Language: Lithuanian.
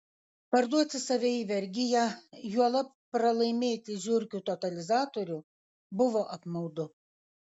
parduoti save į vergiją juolab pralaimėti žiurkių totalizatorių buvo apmaudu